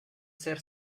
ser